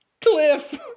Cliff